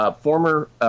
former